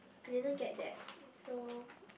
I didn't get that so